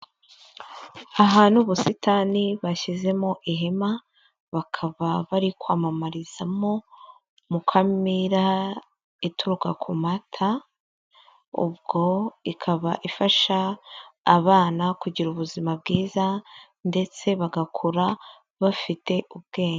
Aha ni ubusitani bashyizemo ihema, bakaba bari kwamamarizamo mukamira ituruka ku mata. Ubwo ikaba ifasha abana kugira ubuzima bwiza, ndetse bagakura bafite ubwenge.